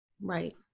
Right